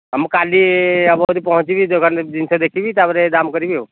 ହଁ ମୁଁ କାଲି ହେବ ଯଦି ପହଞ୍ଚିବି ଦୋକାନରେ ଜିନିଷ ଦେଖିବି ତା'ପରେ ଦାମ୍ କରିବି ଆଉ